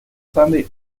sunday